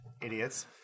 Idiots